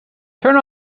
turn